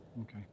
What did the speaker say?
Okay